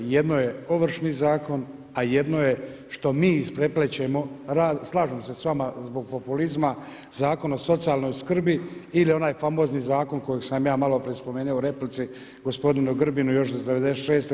Jedno je Ovršni zakon a jedno je što mi ispreplećemo, slažem se s vama, zbog populizma Zakon o socijalnoj skrbi ili onaj famozni zakon kojeg sam ja maloprije spomenuo u replici gospodinu Grbinu još iz '96.